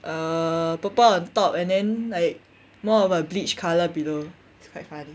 err purple on top and then like more of a bleach colour below it's quite funny